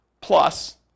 Plus